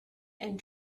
and